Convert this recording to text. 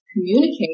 communicate